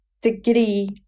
degree